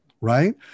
Right